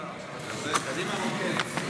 לא הסתדרתם בתוך עצמכם,